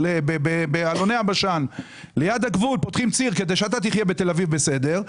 באלוני הבשן ליד הגבול כדי שאתה תחיה בתל-אביב בסדר,